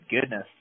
goodness